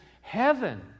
heaven